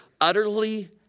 utterly